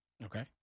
Okay